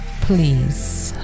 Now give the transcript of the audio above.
Please